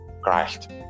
Christ